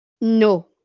no